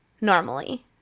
normally